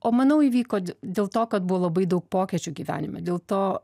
o manau įvyko dėl to kad buvo labai daug pokyčių gyvenime dėl to